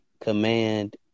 command